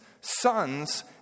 sons